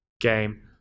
game